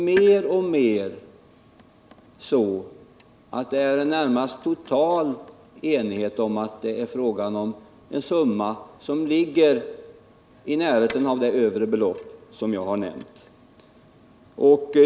Mer och mer råder en närmast total enighet om att det är fråga om en summa som ligger i närheten av det övre belopp som jag har nämnt.